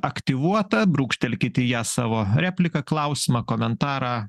aktyvuota brūkštelkit į ją savo repliką klausimą komentarą